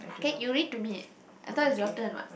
K you read to me I thought is your turn what